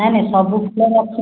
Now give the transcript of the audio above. ନାଇ ନାଇ ସବୁ ଫୁଲ ରଖେ